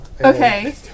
Okay